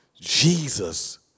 Jesus